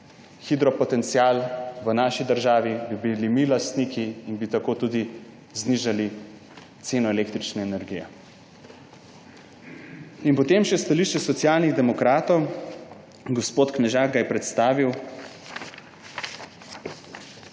hidropotencial, v naši državi bi bili mi lastniki in bi tako tudi znižali ceno električne energije. Potem še stališče Socialnih demokratov, ki ga je predstavil